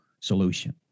solution